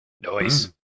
Noise